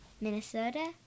Minnesota